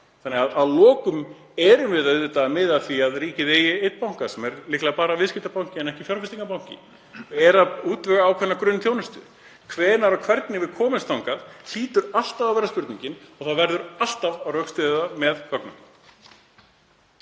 varðar? Að lokum erum við auðvitað að miða að því að ríkið eigi einn banka sem er líklega bara viðskiptabanki en ekki fjárfestingarbanki, og veitir ákveðna grunnþjónustu. Hvenær og hvernig við komumst þangað hlýtur alltaf að vera spurningin og það verður alltaf að rökstyðja með gögnum.